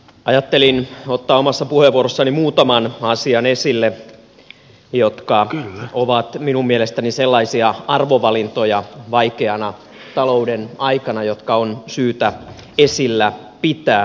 ajattelin ottaa omassa puheenvuorossani muutaman asian esille jotka ovat minun mielestäni vaikeana talouden aikana sellaisia arvovalintoja jotka on syytä esillä pitää